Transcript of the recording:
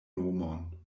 nomon